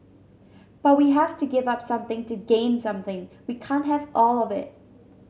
but we have to give up something to gain something we can't have all of it